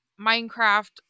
Minecraft